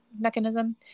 mechanism